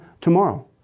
tomorrow